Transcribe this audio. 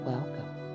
Welcome